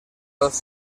tots